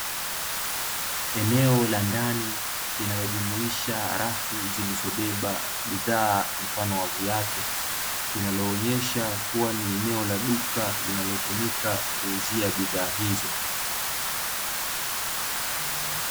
Eneo la ndani linalojumuisha rafu zilizobeba bidhaa mfano wa viatu, linaloonyesha kuwa ni eneo la duka linalotumika kuuzia bidhaa hizo.